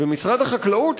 ומשרד החקלאות,